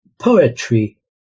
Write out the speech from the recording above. poetry